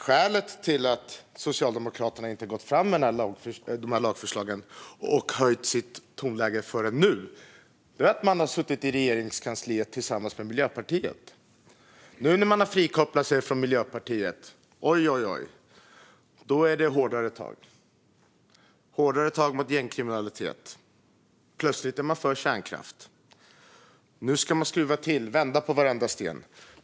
Skälet till att Socialdemokraterna inte har gått fram med dessa lagförslag och inte höjt tonläget förrän nu är att man har suttit i Regeringskansliet tillsammans med Miljöpartiet. Nu när man har frikopplat sig från Miljöpartiet - ojojoj! Då är det hårdare tag! Det är hårdare tag mot gängkriminalitet. Plötsligt är man för kärnkraft. Nu ska man skruva till och vända på varenda sten.